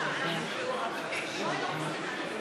התשע"ה 2015,